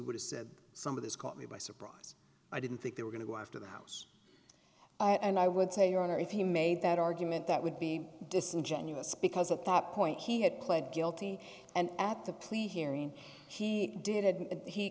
would have said some of this caught me by surprise i didn't think they were going to go after the house and i would say your honor if he made that argument that would be disingenuous because at that point he had pled guilty and at the plea hearing he did had he